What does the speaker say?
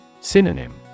synonym